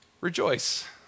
rejoice